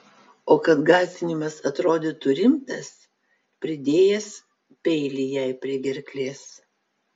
o kad gąsdinimas atrodytų rimtas pridėjęs peilį jai prie gerklės